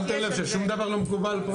שמתם לב ששום דבר לא מקובל פה?